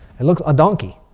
it looked a donkey.